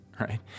right